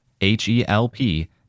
H-E-L-P